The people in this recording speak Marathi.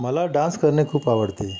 मला डान्स करणे खूप आवडते